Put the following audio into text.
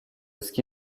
ski